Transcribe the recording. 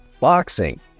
Boxing